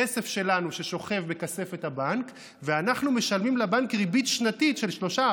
כסף שלנו ששוכב בכספת הבנק ואנחנו משלמים לבנק ריבית שנתית של 3%,